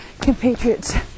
compatriots